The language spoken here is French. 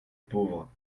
pauvre